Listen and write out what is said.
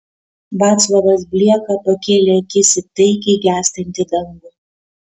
vaclovas blieka pakėlė akis į taikiai gęstantį dangų